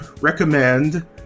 recommend